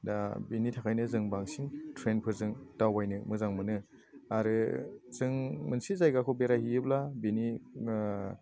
दा बिनि थाखायनो जों बांसिन ट्रेनफोरजों दावबायनो मोजां मोनो आरो जों मोनसे जायगाखौ बेरायहैयोब्ला बिनि